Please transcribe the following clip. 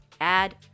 Add